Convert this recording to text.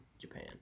Japan